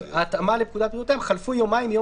ההתאמה לפקודת בריאות העם: "(2) חלפו יומיים מיום